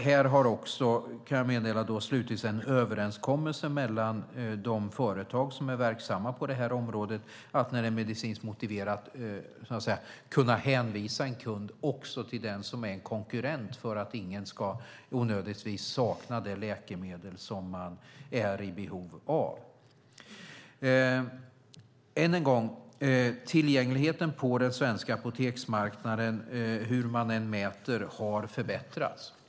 Det har också slutits en överenskommelse mellan de företag som är verksamma på detta område. När det är medicinskt motiverat ska man kunna hänvisa en kund till en konkurrent för att ingen i onödan ska sakna behövliga läkemedel. Ännu en gång: Tillgängligheten på den svenska marknaden har, hur man än mäter, förbättrats.